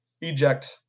eject